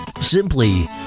Simply